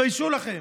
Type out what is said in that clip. תתביישו לכם.